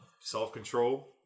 self-control